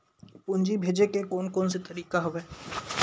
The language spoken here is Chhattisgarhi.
पूंजी भेजे के कोन कोन से तरीका हवय?